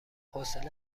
حوصله